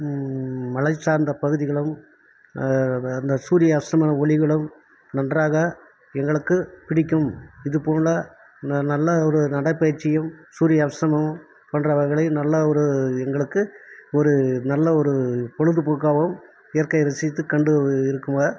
மலை சார்ந்த பகுதிகளும் அந்த சூரிய அஸ்தமன ஒளிகளும் நன்றாக எங்களுக்குப் பிடிக்கும் இதுப்போல நல்ல ஒரு நடைப்பயிற்சியும் சூரிய அஸ்தமும் போன்றவைகளை நல்ல ஒரு எங்களுக்கு ஒரு நல்ல ஒரு பொழுதுபோக்காகவும் இயற்கையை ரசித்து கண்டு இருக்குங்க